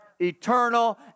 eternal